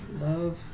Love